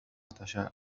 تشاء